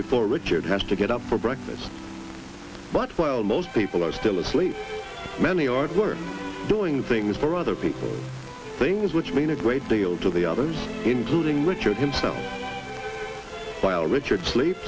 before richard has to get up for breakfast but while most people are still asleep many are at work doing things for other people things which mean a great deal to the others including richard himself while richard sleep